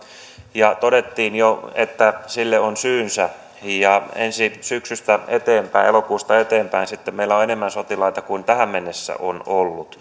ja todettiin jo että sille on syynsä ja ensi syksystä elokuusta eteenpäin sitten meillä on enemmän sotilaita kuin tähän mennessä